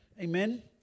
Amen